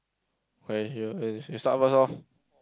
you start first lor